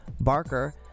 Barker